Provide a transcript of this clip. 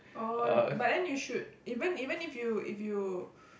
oh but then you should even even if you if you